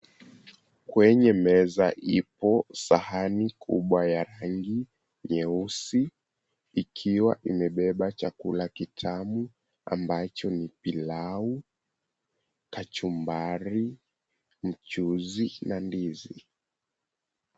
Kwenye meza ipo sahani kubwa ya rangi nyeusi ikiwa imebeba chakula kitamu ambacho ni pilau, kachumbari, mchuzi na ndizi.